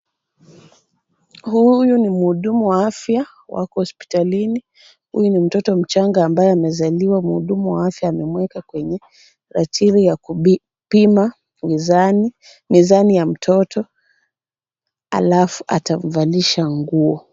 Huyu ni mhudumu wa afya, wapo hospitalini. Huyu ni mtoto mchanga ambaye amezaliwa, mhudumu wa afya amemweka kwenye ratili ya kupima mizani, mizani ya mtoto alafu atamvalisha nguo.